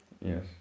Yes